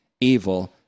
evil